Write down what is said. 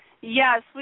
Yes